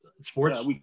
sports